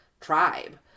tribe